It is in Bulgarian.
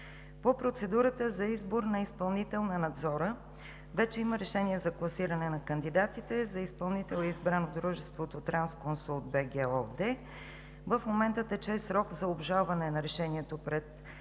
По процедурата за избор на изпълнител на надзора вече има решение за класиране на кандидатите. За изпълнител е избрано дружеството „Трансконсулт БГ“ ООД. В момента тече срок за обжалване на решението пред КЗК.